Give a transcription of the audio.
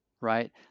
Right